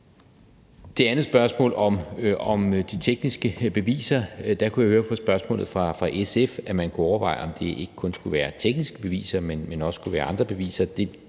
det andet spørgsmål om de tekniske beviser kunne jeg høre på spørgsmålet fra SF, at man kunne overveje, at det ikke kun skulle være tekniske beviser, men også kunne være andre beviser.